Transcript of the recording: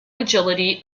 agility